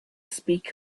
speak